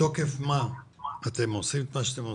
מתוקף מה אתם עושים את מה שאתם עושים?